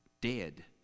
dead